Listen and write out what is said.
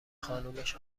خانومش